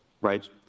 right